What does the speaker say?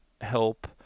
help